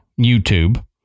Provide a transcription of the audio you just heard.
YouTube